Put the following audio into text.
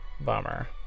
Bummer